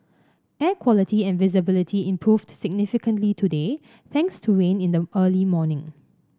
air quality and visibility improved significantly today thanks to rain in the early morning